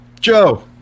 Joe